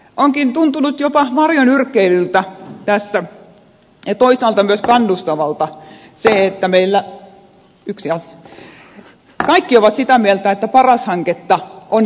onkin tuntunut tässä jopa varjonyrkkeilyltä ja toisaalta myös kannustavalta se että meillä yksi asia kaikki ovat sitä mieltä että paras hanketta on jatkettava